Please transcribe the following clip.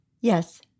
Yes